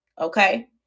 okay